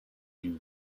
you